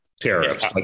tariffs